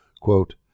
Quote